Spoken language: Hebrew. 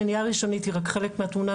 מניעה ראשונית היא רק חלק מהתמונה,